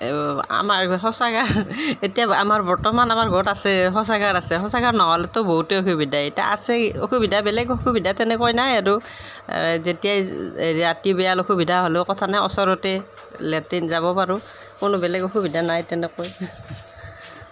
আমাৰ সঁচাকৈ এতিয়া আমাৰ বৰ্তমান আমাৰ ঘৰত আছে শৌচাগাৰ আছে শৌচাগাৰ ন'হলেতো বহুতেই অসুবিধা এতিয়া আছেই অসুবিধা বেলেগ অসুবিধা তেনেকৈ নাই আৰু যেতিয়াই ৰাতি বিয়াল অসুবিধা হ'লেও কথা নাই ওচৰতে লেট্ৰিন যাব পাব পাৰোঁ কোনো বেলেগ অসুবিধা নাই তেনেকৈ